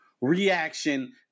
reaction